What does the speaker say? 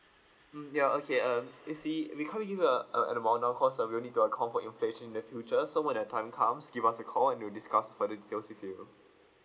mm ya okay um you see we can't give uh a amount of course and we will need to uh confirm information in the future so when the time comes give us a call and we'll discuss further details with you